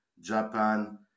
Japan